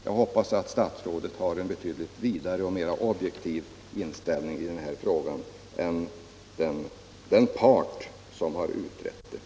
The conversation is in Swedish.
Jag hoppas att statsrådet har en betydligt vidare och mer objektiv inställning i den här frågan än den part som har utrett den.